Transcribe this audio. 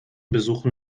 besuchen